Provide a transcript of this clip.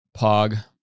Pog